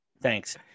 Thanks